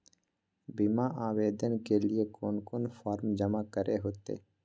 बीमा आवेदन के लिए कोन कोन फॉर्म जमा करें होते